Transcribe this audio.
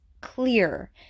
clear